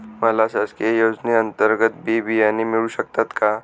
मला शासकीय योजने अंतर्गत बी बियाणे मिळू शकतात का?